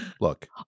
Look